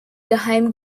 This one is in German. geheim